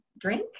drink